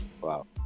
Wow